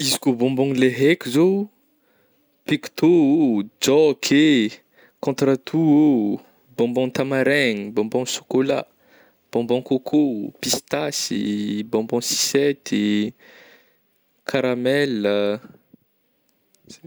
Izy ko bonbon gna le haiko zao pecto ô, jôky eh, contre toux ô, bonbon tamaraigna, bonbon sôkola, bonbon coco, pistasy, bonbon sisety, caramel ah, zay.